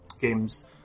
games